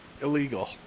Illegal